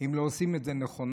אם לא עושים את זה נכונה.